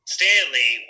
Stanley